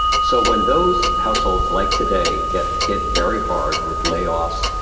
so when those households, like today, get hit very hard with layoffs,